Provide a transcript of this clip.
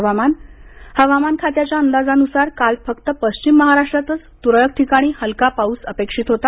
हवामान हवामान खात्याच्या अंदाजानुसार काल फक्त पश्चिम महाराष्ट्रातच त्रळक ठिकाणी हलका पाऊस अपेक्षित होता